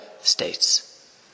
states